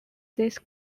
this